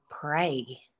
pray